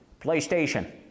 PlayStation